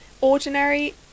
Ordinary